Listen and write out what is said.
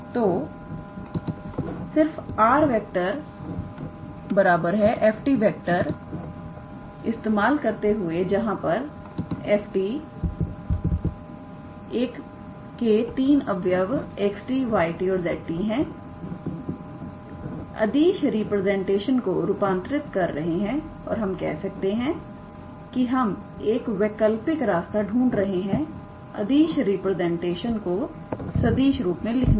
तो सिर्फ 𝑟⃗f को इस्तेमाल करते हुए जहां पर f के 3 अवयव 𝑥𝑡 𝑦𝑡 𝑧𝑡 है अदिश रिप्रेजेंटेशन को रूपांतरित कर रहे हैं हम कह सकते हैं कि हम एक वैकल्पिक रास्ता ढूंढ रहे हैं अदिश रिप्रेजेंटेशन को सदिश रूप में लिखने का